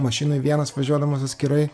mašinoj vienas važiuodamas atskirai